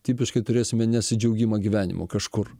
tipiškai turėsime nesidžiaugimą gyvenimu kažkur